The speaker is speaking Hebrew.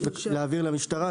להעביר למשטרה,